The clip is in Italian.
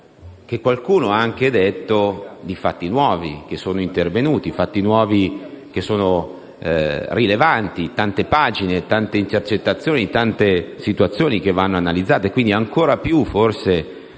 che qualcuno abbia riferito di fatti nuovi che sono intervenuti, fatti nuovi che sono rilevanti; tante pagine, tante intercettazioni, tante situazioni che vanno analizzate. Forse per questo sento